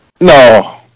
No